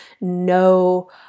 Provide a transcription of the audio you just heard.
no